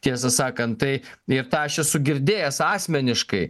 tiesą sakant tai ir tą aš esu girdėjęs asmeniškai